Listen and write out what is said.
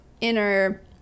inner